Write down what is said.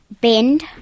Bend